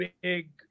big